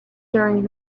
during